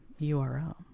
URL